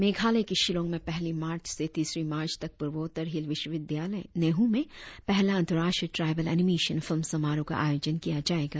मेघालय के शिलोंग में पहली मार्च से तीसरी मार्च तक प्रर्वोत्तर हिल विश्वविद्यालय नेहू में पहला अंतर्राष्ट्रीय ट्राईबल एनिमेशन फिल्म समारोह का आयोजन किया जाएगा